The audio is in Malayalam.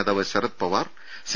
നേതാവ് ശരത് പവാർ സി